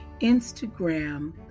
Instagram